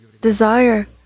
Desire